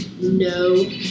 no